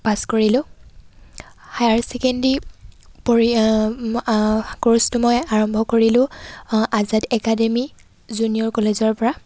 পাছ কৰিলোঁ higher secondary পৰি কৰ্চটো মই আৰম্ভ কৰিলোঁ আজাদ একাডেমি জুনিয়ৰ কলেজৰ পৰা